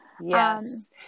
Yes